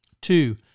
Two